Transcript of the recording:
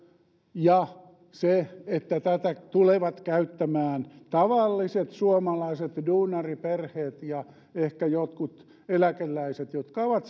ja tätä tulevat käyttämään tavalliset suomalaiset duunariperheet ja ehkä jotkut eläkeläiset jotka ovat